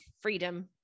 Freedom